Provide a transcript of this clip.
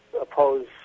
oppose